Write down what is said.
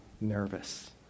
nervous